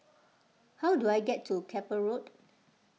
how do I get to Keppel Road